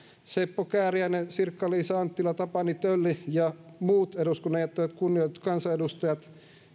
seppo kääriäinen sirkka liisa anttila tapani tölli ja muut eduskunnan jättävät kunnioitetut kansanedustajat